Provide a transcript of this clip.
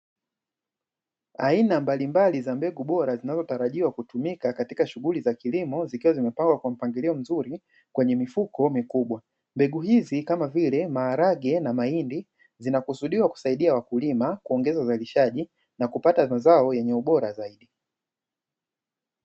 Aina mbalimbali za mbegu bora zinazotarajiwa kutumika katika shughuli za kilimo zikiwa zimepangwa kwa mpangilio mzuri kwenye mifuko mikubwa, mbegu hizi kama vile: maharage na mahindi zinakusudiwa kusaidia wakulima kuongeza uzalishaji na kupata mazao yenye ubora zaidi.